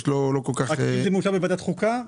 רק אם זה מאושר בוועדת חוקה?